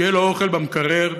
שיהיה לו אוכל במקרר,